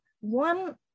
one